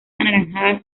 anaranjadas